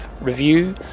review